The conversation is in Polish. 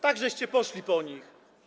Tak żeście poszli po nich.